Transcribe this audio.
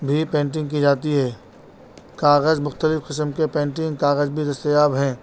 بھی پینٹنگ کی جاتی ہے کاغذ مختلف قسم کے پینٹنگ کاغذ بھی دستیاب ہیں